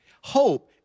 Hope